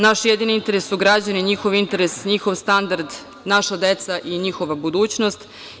Naš jedini interes su građani, njihov interes, njihovo standard, naša deca i njihova budućnost.